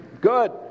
Good